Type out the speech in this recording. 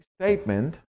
statement